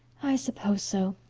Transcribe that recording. i suppose so,